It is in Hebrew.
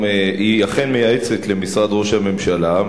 היא אכן מייעצת למשרד ראש הממשלה.